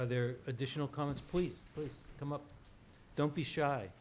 are there additional comments please please come up don't be shy